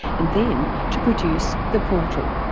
and then to produce the portal.